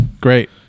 great